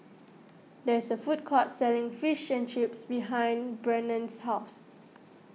there is a food court selling Fish and Chips behind Brennan's house